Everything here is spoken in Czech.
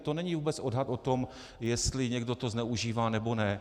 To není vůbec odhad o tom, jestli to někdo zneužívá, nebo ne.